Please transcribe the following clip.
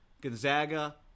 Gonzaga